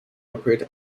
operate